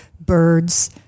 birds